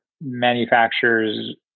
manufacturers